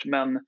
Men